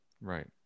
Right